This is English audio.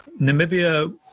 Namibia